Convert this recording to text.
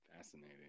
Fascinating